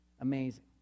Amazing